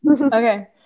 Okay